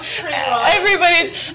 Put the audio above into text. Everybody's